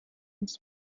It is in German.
uns